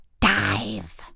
dive